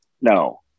no